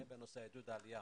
הן בנושא עידוד העלייה